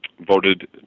voted